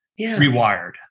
rewired